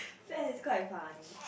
that is quite funny